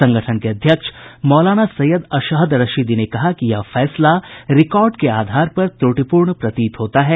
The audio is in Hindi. संगठन के अध्यक्ष मौलाना सैयद अशहद रशिदी ने कहा कि यह फैसला रिकार्ड के आधार पर त्रुटिपूर्ण प्रतीत होता है